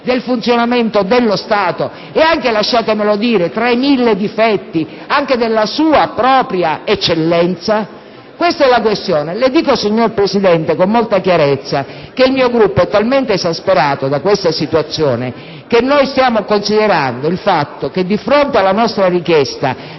del funzionamento dello Stato e - lasciatemelo dire - tra i mille difetti, anche pezzi della sua eccellenza? Questo è il problema. Signora Presidente, le dico con molta chiarezza che il mio Gruppo è talmente esasperato da questa situazione che stiamo considerando il fatto che, di fronte alla nostra richiesta,